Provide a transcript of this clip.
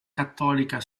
cattolica